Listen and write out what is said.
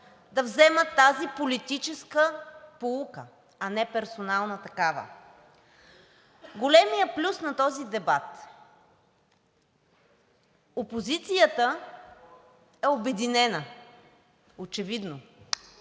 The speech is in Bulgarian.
да вземат тази политическа поука, а не персоналната такава. Големият плюс на този дебат. Опозицията очевидно